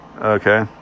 Okay